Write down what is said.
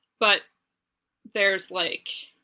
but there's like.